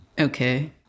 Okay